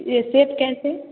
यह सेब कैसे